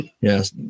Yes